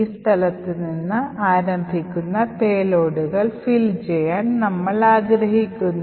ഈ സ്ഥലത്ത് നിന്ന് ആരംഭിക്കുന്ന പേലോഡുകൾ ഫില്ല് ചെയ്യാൻ നമ്മൾ ആഗ്രഹിക്കുന്നു